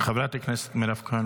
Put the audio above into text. חברת הכנסת מירב כהן,